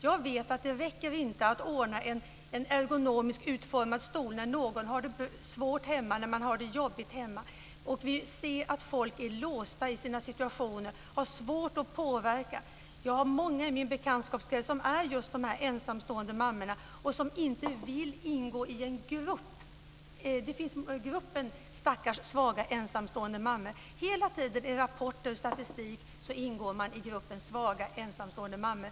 Jag vet att det inte räcker att ordna med en ergonomiskt utformad stol när någon har det svårt och jobbigt hemma. Vi ser att folk är låsta i sina situationer och har svårt att påverka. Många i min bekantskapskrets är ensamstående mammor. De vill inte ingå i gruppen stackars svaga ensamstående mammor men hela tiden, i rapporter och statistik, ingår man i gruppen svaga ensamstående mammor.